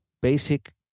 basic